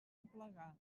aplegar